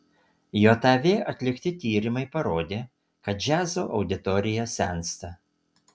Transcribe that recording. jav atlikti tyrimai parodė kad džiazo auditorija sensta